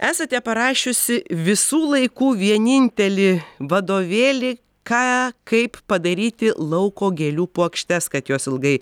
esate parašiusi visų laikų vienintelį vadovėlį ką kaip padaryti lauko gėlių puokštes kad jos ilgai